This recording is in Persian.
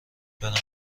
برم